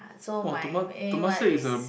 ah so my aim right is